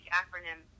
acronym